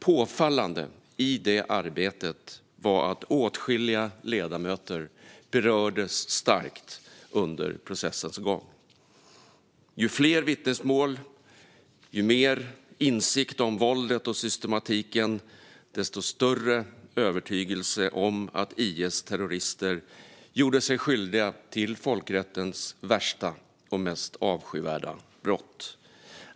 Påfallande i det arbetet var att åtskilliga ledamöter berördes starkt under processens gång. Ju fler vittnesmål och ju mer insikt om våldet och systematiken, desto större blev övertygelsen om att IS terrorister gjorde sig skyldiga till folkrättens värsta och mest avskyvärda brott.